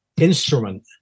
instrument